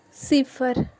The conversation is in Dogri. सिफर